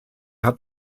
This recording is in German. hat